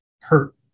hurt